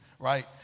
Right